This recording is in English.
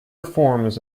reforms